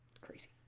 crazy